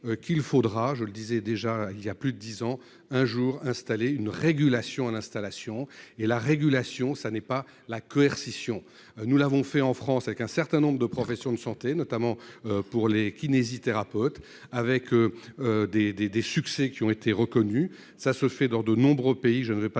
qu'il faudra, je le disais déjà il y a plus de 10 ans un jour installé une régulation à l'installation et la régulation, ça n'est pas la coercition, nous l'avons fait en France avec un certain nombre de professions de santé, notamment pour les kinésithérapeutes avec des, des, des succès qui ont été reconnus, ça se fait dans de nombreux pays, je ne vais pas